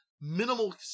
Minimal